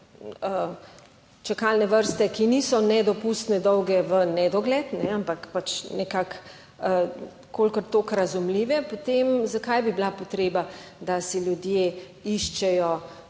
(Nadaljevanje) ki niso nedopustne, dolge v nedogled, ampak pač nekako kolikor toliko razumljive, potem zakaj bi bila potreba, da si ljudje iščejo